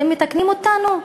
אתם מתקנים אותנו?